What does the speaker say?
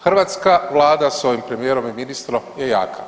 Hrvatska Vlada sa ovim premijerom i ministrom je jaka.